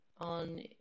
on